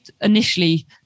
initially